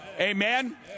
Amen